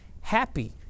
Happy